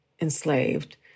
enslaved